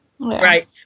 Right